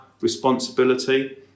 responsibility